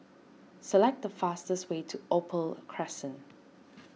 select the fastest way to Opal Crescent